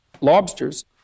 lobsters